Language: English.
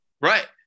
Right